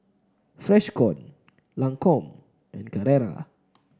Freshkon Lancome and Carrera